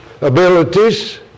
abilities